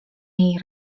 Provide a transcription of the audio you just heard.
jej